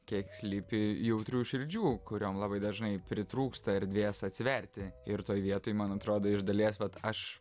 kiek slypi jautrių širdžių kuriom labai dažnai pritrūksta erdvės atsiverti ir toj vietoj man atrodo iš dalies vat aš